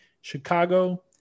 chicago